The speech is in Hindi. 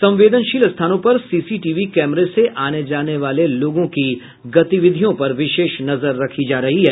संवेदनशील स्थानों पर सीसीटीवी कैमरे से आने जाने वाले लोगों की गतिविधियों पर विशेष नजर रखी जा रही है